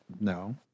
No